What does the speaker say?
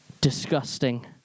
Disgusting